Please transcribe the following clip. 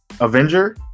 Avenger